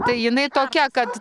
tai jinai tokia kad